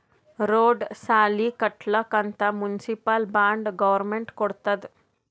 road, ಸಾಲಿ ಕಟ್ಲಕ್ ಅಂತ್ ಮುನ್ಸಿಪಲ್ ಬಾಂಡ್ ಗೌರ್ಮೆಂಟ್ ಕೊಡ್ತುದ್